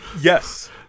Yes